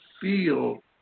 feel